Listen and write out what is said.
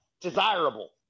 desirable